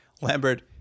Lambert